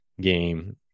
game